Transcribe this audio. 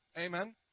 Amen